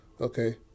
Okay